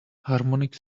harmonic